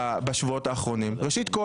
ראשית,